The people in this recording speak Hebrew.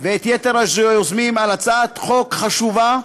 ואת יתר היוזמים על הצעת חוק חשובה,